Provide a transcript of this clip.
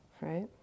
right